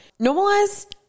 Normalize